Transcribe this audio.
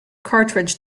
cartridge